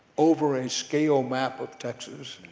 over a scale map of texas,